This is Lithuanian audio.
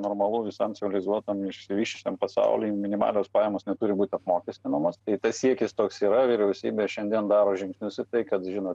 normalu visam civilizuotam išsivysčiusiam pasauliui minimalios pajamos neturi būti apmokestinamos tai tas siekis toks yra vyriausybė šiandien daro žingsnius į tai kad žino